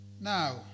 Now